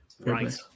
right